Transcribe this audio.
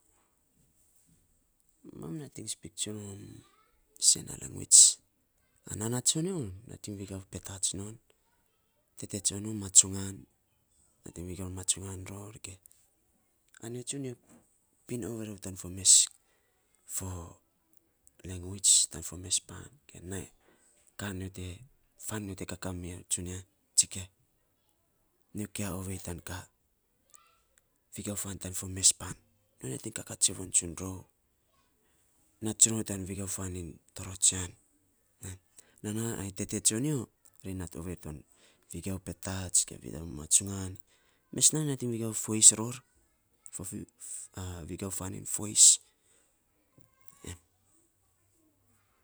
Mam nating spik tsun rom se na lenguwits. Nanna tsonyo nating vegiau petats non. Tete tsonyo matsungan. Nating vegiau tsungan ror ge anyo tsun pin ovei rou tan fo mes fo, lenguwits tan fo mes pau ge pan fan nyo te kakaa miya tsunia, tsikia nyo kia ovei tan ka vegiau fan tan fo mes pan. Nyo nating kakaa tsion tsun ror. Nat tsun rou tan vegiau fan iny torotsian. Nanaa ai tete tsonyo, ri nat ovei tan vegiau petats, ge vegiau matsungan, mes nainy ri nating vagiau fueis ror vegiau fan fueis em.